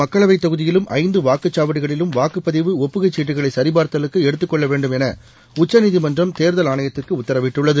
மக்களவைத் தொகுதியிலும் ஐந்து வாக்குச் சாவடிகளிலும் வாக்குப் பதிவு ஒப்புகை சீட்டுகளை சரிபார்த்தலுக்கு எடுத்துக் கொள்ள வேண்டும் என உச்சநீதிமன்றம் தேர்தல் ஆணையத்துக்கு உத்தரவிட்டுள்ளது